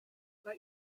like